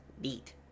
Beat